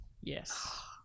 Yes